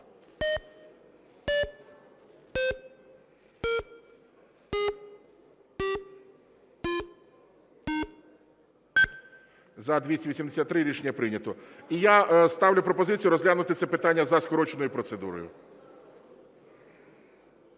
За-283 Рішення прийнято. І я ставлю пропозицію розглянути це питання за скороченою процедурою.